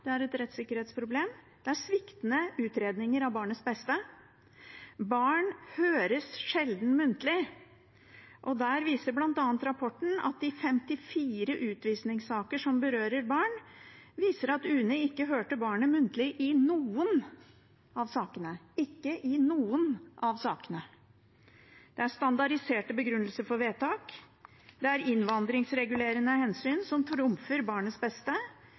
Det er et rettssikkerhetsproblem. Det er sviktende utredninger av barnets beste. Barn høres sjelden muntlig, og rapporten viser bl.a. at i 54 utvisningssaker som berører barn, hørte ikke UNE barnet muntlig i noen av dem. Det er standardiserte begrunnelser for vedtak, det er innvandringsregulerende hensyn som trumfer barnets beste,